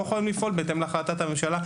יכולים לעבוד בהתאם להחלטת הממשלה".